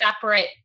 separate